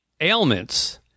ailments